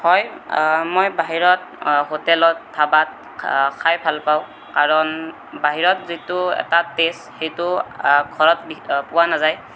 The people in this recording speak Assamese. হয় মই বাহিৰত হোটেলত ধাবাত খাই ভালপাওঁ কাৰণ বাহিৰত যিটো এটা টেষ্ট সেইটো ঘৰত পোৱা নাযায়